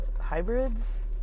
hybrids